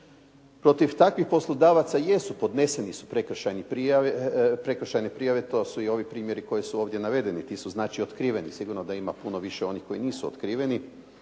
Protiv takvih poslodavaca jesu, podnesene su prekršajne prijave. To su i ovi primjeri koji su ovdje navedeni, ti su znači otkriveni. Sigurno da ima puno više onih koji nisu otkriveni.